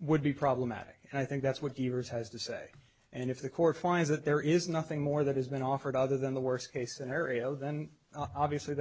would be problematic i think that's what yours has to say and if the court finds that there is nothing more that has been offered other than the worst case scenario then obviously